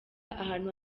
ahantu